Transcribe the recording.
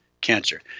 cancer